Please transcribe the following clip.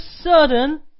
sudden